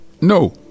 No